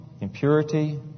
impurity